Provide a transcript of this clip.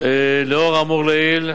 לאור האמור לעיל,